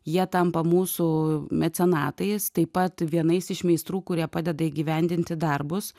jie tampa mūsų mecenatais taip pat vienais iš meistrų kurie padeda įgyvendinti darbus